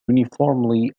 uniformly